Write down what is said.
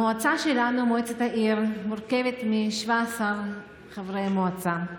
המועצה שלנו, מועצת העיר, מורכבת מ-17 חברי מועצה.